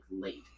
late